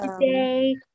today